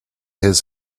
his